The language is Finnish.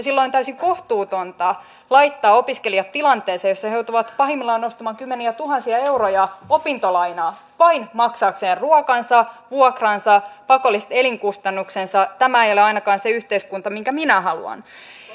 silloin on täysin kohtuutonta laittaa opiskelijat tilanteeseen jossa he joutuvat pahimmillaan nostamaan kymmeniätuhansia euroja opintolainaa vain maksaakseen ruokansa vuokransa pakolliset elinkustannuksensa tämä ei ole ainakaan se yhteiskunta minkä minä haluan